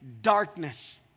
darkness